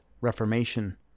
reformation